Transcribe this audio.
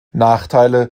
nachteile